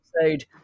episode